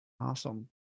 Awesome